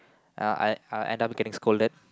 uh I'll I'll end up getting scolded